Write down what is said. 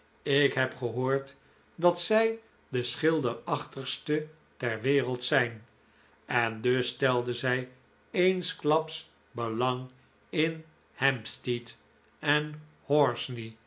ik heb gehoord dat zij de schilderachtigste ter wereld zijn en dus stelde zij eensklaps belang in hampstead en